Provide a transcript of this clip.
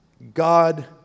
God